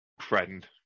friend